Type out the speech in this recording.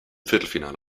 viertelfinale